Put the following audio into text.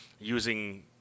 using